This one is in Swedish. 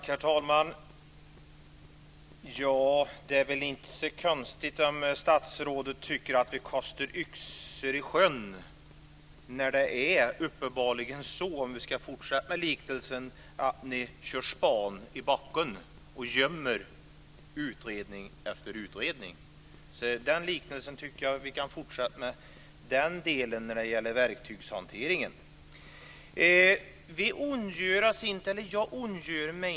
Herr talman! Det är väl inte så konstigt om statsrådet tycker att vi kastar yxor i sjön när ni uppenbarligen, om vi ska fortsätta med liknelser, kör spaden i backen och gömmer utredning efter utredning. Den liknelsen tycker jag att vi kan fortsätta med när det gäller verktygshanteringen. Jag ondgör mig inte i förväg.